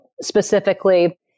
specifically